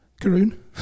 Karun